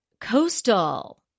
coastal